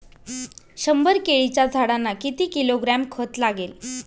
शंभर केळीच्या झाडांना किती किलोग्रॅम खत लागेल?